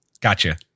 gotcha